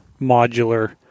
modular